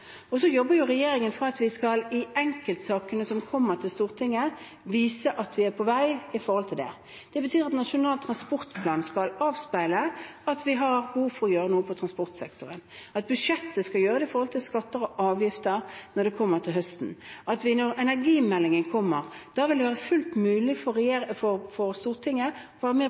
regjeringen for at vi i enkeltsakene som kommer til Stortinget, skal vise at vi er på vei når det gjelder det. Det betyr at Nasjonal transportplan skal avspeile at vi har behov for å gjøre noe innen transportsektoren, at budsjettet skal gjøre det med hensyn til skatter og avgifter når det kommer til høsten, og at når energimeldingen kommer, vil det være fullt mulig for